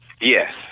Yes